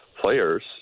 players